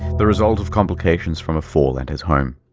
the result of complications from a fall at his home.